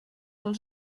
als